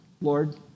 Lord